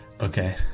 Okay